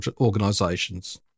organisations